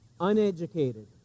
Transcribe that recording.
uneducated